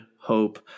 hope